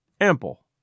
Ample